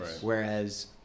Whereas